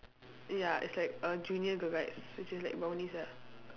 ya it's like a junior girl guides which is like brownies ah